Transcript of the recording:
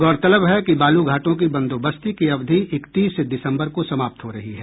गौरतलब है कि बालू घाटों की बंदोबस्ती की अवधि इकतीस दिसम्बर को समाप्त हो रही है